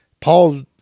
Paul